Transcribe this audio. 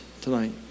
tonight